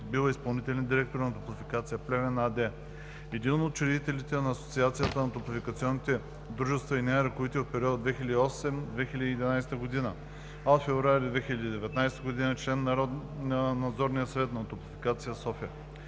Бил е изпълнителен директор на „Топлофикация – Плевен“ АД. Един от учредителите на Асоциацията на топлофикационните дружества и неин ръководител в периода 2008 – 2011 г., а от февруари 2019 г. е член на Надзорния съвет на „Топлофикация София“.